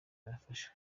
bafashe